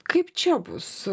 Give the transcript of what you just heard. kaip čia bus